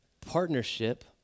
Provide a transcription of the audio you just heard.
partnership